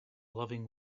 loving